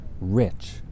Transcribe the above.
rich